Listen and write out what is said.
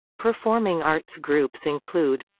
performing arts groups include